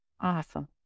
Awesome